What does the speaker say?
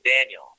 Daniel